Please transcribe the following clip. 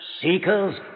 seekers